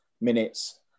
minutes